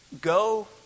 Go